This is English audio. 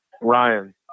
Ryan